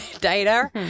Data